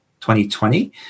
2020